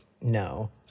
no